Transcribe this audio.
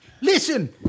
Listen